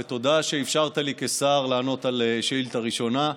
ותודה שאפשרת לי לענות על שאילתה ראשונה כשר.